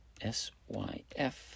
SYF